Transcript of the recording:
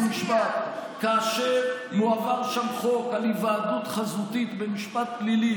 חוק ומשפט כאשר מועבר שם חוק על היוועדות חזותית במשפט פלילי,